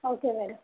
okay madam